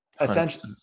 Essentially